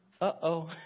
Uh-oh